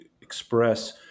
express